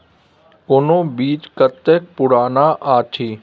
कोनो बीज कतेक पुरान अछि?